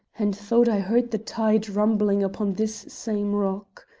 and thought i heard the tide rumbling upon this same rock.